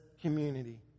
community